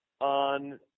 on